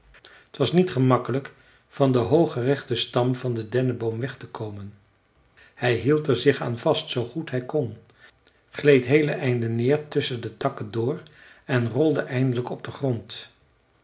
t was niet gemakkelijk van den hoogen rechten stam van den denneboom weg te komen hij hield er zich aan vast zoo goed hij kon gleed heele einden neer tusschen de takken door en rolde eindelijk op den grond